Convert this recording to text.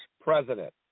president